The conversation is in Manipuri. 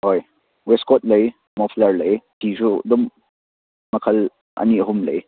ꯍꯣꯏ ꯋꯦꯁꯀꯣꯠ ꯂꯩ ꯃꯐꯂꯔ ꯂꯩ ꯀꯤꯁꯨ ꯑꯗꯨꯝ ꯃꯈꯜ ꯑꯅꯤ ꯑꯍꯨꯝ ꯂꯩ